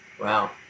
wow